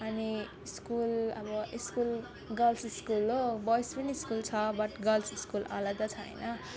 अनि स्कुल अब school girls school हो बोयस पनि स्कुल छ बट गर्ल्स स्कुल अलदा छ होइन